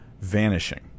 vanishing